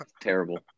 Terrible